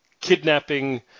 kidnapping